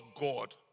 God